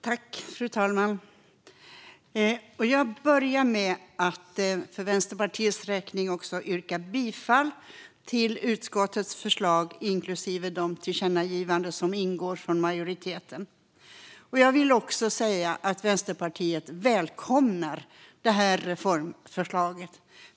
Fru talman! Jag börjar med att för Vänsterpartiets räkning yrka bifall till utskottets förslag, inklusive de förslag till tillkännagivanden från majoriteten som ingår. Jag vill också säga att vi i Vänsterpartiet välkomnar det här reformförslaget.